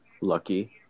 Lucky